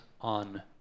on